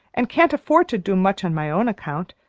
and can't afford to do much on my own account,